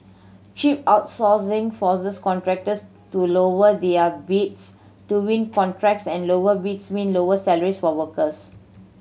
cheap outsourcing forces contractors to lower their bids to win contracts and lower bids mean lower salaries for workers